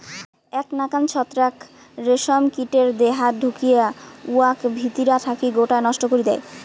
এ্যাক নাকান ছত্রাক রেশম কীটের দেহাত ঢুকিয়া উয়াক ভিতিরা থাকি গোটায় নষ্ট করি দ্যায়